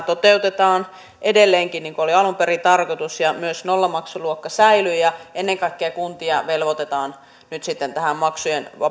toteutetaan edelleenkin niin kuin oli alun perin tarkoitus ja myös nollamaksuluokka säilyy ja ennen kaikkea kuntia velvoitetaan nyt sitten tähän